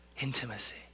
Intimacy